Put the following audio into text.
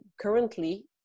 currently